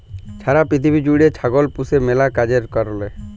ছারা পিথিবী জ্যুইড়ে ছাগল পুষে ম্যালা কাজের কারলে